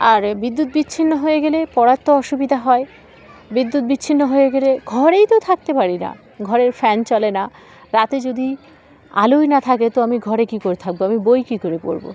আর বিদ্যুৎ বিচ্ছিন্ন হয়ে গেলে পড়ার তো অসুবিধা হয় বিদ্যুৎ বিচ্ছিন্ন হয়ে গেলে ঘরেই তো থাকতে পারি না ঘরের ফ্যান চলে না রাতে যদি আলোই না থাকে তো আমি ঘরে কী করে থাকবো আমি বই কী করে পড়বো